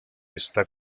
está